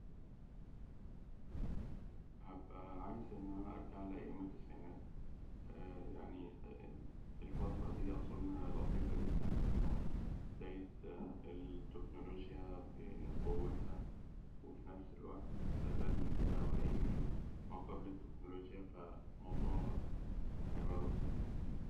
هأبقى عايز إن أنا أرجع لأيام التسعينات يعني الفترة دي أظن لطيفة جداً بداية التكنولوجيا بقوتها، وفي نفس الوقت لا زال بواقي ما قبل التكنولوجيا ف الموضوع هيبقى لطيف.